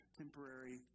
temporary